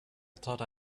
thought